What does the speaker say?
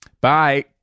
Bye